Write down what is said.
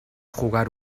jugar